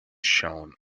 shown